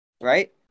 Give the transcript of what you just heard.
Right